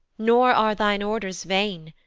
nor are thine orders vain,